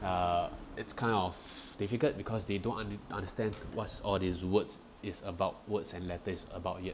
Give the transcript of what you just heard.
uh it's kind of difficult because they don't under~ understand what's all these words is about words and letters about yet